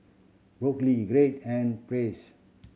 Brooklyn Gearld and